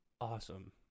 awesome